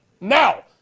now